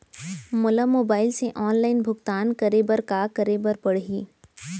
मोला मोबाइल से ऑनलाइन भुगतान करे बर का करे बर पड़ही?